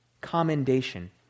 commendation